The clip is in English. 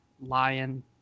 lion